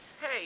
Hey